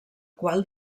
qual